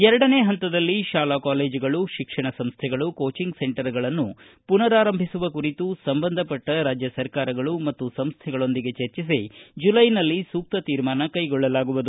ಎರಡನೇ ಪಂತದಲ್ಲಿ ಶಾಲಾ ಕಾಲೇಜುಗಳು ಶಿಕ್ಷಣ ಸಂಸ್ವೆಗಳು ಕೋಚಿಂಗ್ ಸೆಂಟರ್ಗಳನ್ನು ಮನರಾಂಭಿಸುವ ಕುರಿತು ಸಂಬಂಧಪಟ್ಟ ರಾಜ್ಯ ಸರ್ಕಾರಗಳು ಮತ್ತು ಸಂಸ್ಥೆಗಳೊಂದಿಗೆ ಚರ್ಚಿಸಿ ಜುಲೈನಲ್ಲಿ ಸೂಕ್ತ ತೀರ್ಮಾನ ಕ್ಕೆಗೊಳ್ಳಲಾಗುವುದು